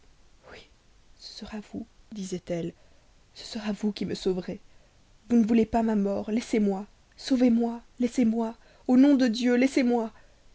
oui ce sera vous disait-elle ce sera vous qui me sauverez vous ne voulez pas ma mort laissez-moi sauvez-moi laissez-moi au nom de dieu laissez-moi